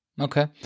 okay